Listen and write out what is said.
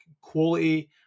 quality